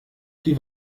die